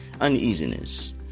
uneasiness